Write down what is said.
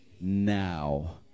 now